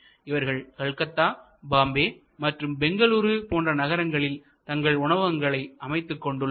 இவர்கள் கல்கத்தாபாம்பே மற்றும் பெங்களூரு போன்ற நகரங்களில் தங்கள் உணவகங்களை அமைத்துக் கொண்டுள்ளனர்